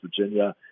Virginia